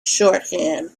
shorthand